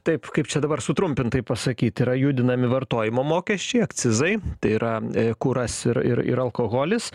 taip kaip čia dabar sutrumpintai pasakyt yra judinami vartojimo mokesčiai akcizai tai yra kuras ir ir ir alkoholis